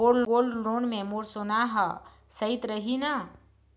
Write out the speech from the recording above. Gold loan मे मोर सोना हा सइत रही न?